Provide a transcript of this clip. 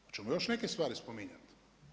Hoćemo još neke stvari spominjati?